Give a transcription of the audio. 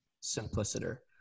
simpliciter